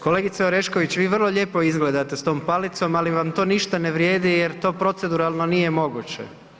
Kolegice Orešković vi vrlo lijepo izgledate s tom palicom, ali vam to ništa ne vrijedi jer to proceduralno nije moguće.